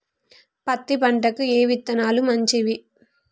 పత్తి పంటకి ఏ విత్తనాలు మంచివి?